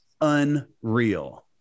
unreal